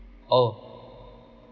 oh